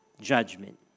judgment